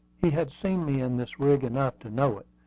he had seen me in this rig enough to know it,